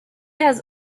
has